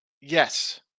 Yes